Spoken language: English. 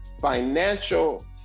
financial